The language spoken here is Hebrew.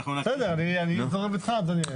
בסדר, אני זורם איתך אדוני.